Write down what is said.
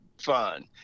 fun